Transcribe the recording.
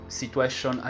situation